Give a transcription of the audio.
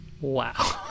wow